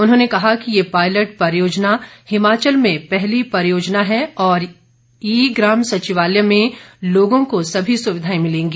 उन्होंने कहा कि ये पायलट परियोजना हिमाचल में पहली परियोजना है और ई ग्राम सचिवालय में लोगों को सभी सुविधाएं मिलेगी